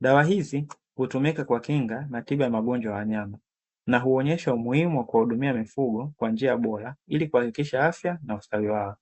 Dawa hizi hutumika kwa kinga na tiba ya magonjwa ya wanyama, na huonyesha umuhimu wa kuwahudumia mifugo, kwa njia bora ili kuhakikisha afya na ustawi wao.